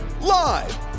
Live